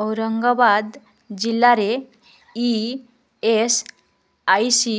ଔରଙ୍ଗାବାଦ ଜିଲ୍ଲାରେ E S I C